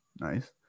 Nice